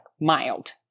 mild